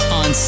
on